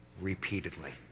repeatedly